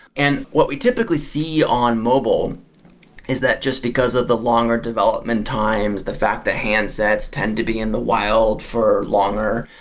and what we typically see on mobile is that just because of the longer development times, the fact that handsets tend to be in the world for longer,